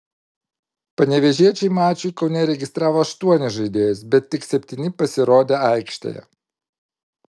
panevėžiečiai mačui kaune registravo aštuonis žaidėjus bet tik septyni pasirodė aikštėje